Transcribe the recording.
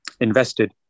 invested